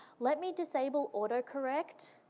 let me disable auto correct.